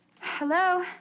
hello